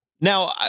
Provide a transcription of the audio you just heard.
Now